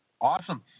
Awesome